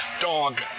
dog